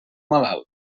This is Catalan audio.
malalt